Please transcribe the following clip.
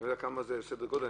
אני לא יודע מה סדר הגדול,